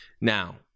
Now